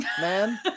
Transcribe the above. man